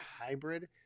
hybrid